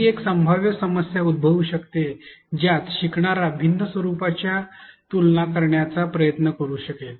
आणखी एक संभाव्य समस्या उद्भवू शकते ज्यात शिकणारा भिन्न स्वरुपाची तुलना करण्याचा प्रयत्न करू शकेल